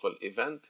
event